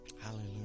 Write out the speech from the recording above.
Hallelujah